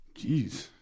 Jeez